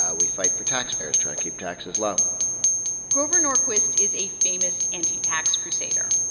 ah we fight for taxpayers, try and keep taxes low grover norquist is a famous anti-tax crusader.